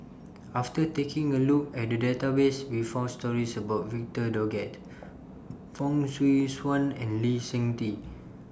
after taking A Look At The Database We found stories about Victor Doggett Fong Swee Suan and Lee Seng Tee